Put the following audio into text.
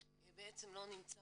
בעצם לא נמצא